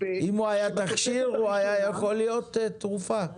אם הוא היה תכשיר, הוא היה יכול להיות תרופה.